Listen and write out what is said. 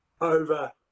over